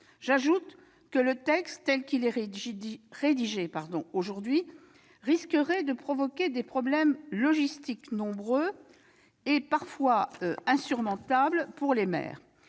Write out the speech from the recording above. J'ajoute que le texte, dans sa rédaction actuelle, risquerait de provoquer des problèmes logistiques nombreux et, parfois, insurmontables pour les maires.